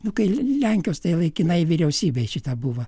nu kai lenkijos tai laikinai vyriausybei šitą buvo